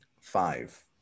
five